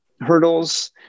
hurdles